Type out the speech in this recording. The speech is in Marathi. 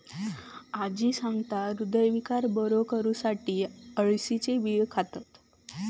आजी सांगता, हृदयविकार बरो करुसाठी अळशीचे बियो खातत